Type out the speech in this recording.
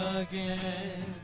again